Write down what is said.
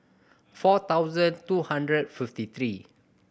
four thousand two hundred fifty three